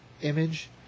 Image